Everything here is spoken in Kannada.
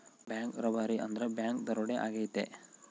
ಬ್ಯಾಂಕ್ ರಾಬರಿ ಅಂದ್ರೆ ಬ್ಯಾಂಕ್ ದರೋಡೆ ಆಗೈತೆ